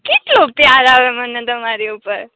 કેટલો પ્યાર આવે મને તમારી ઉપર